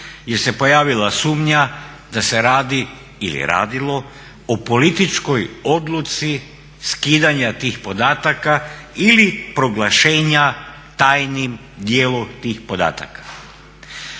jer se pojavila sumnja da se radi ili radilo o političkoj odluci skidanja tih podataka ili proglašenja tajnim dijela tih podataka.